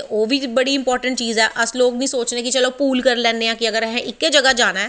ते ओह् बी बड़ी इंपार्टैंट चीज़ ऐ अस नी सोचनें चलो पूल करी लैन्नें आं अगर असैं इक्को जगाह् जाना ऐ